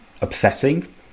obsessing